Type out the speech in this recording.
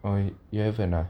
oh you haven't ah